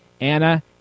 Anna